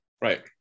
Right